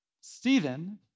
Stephen